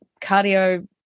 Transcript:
cardio